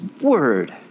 Word